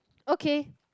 okay